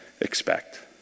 expect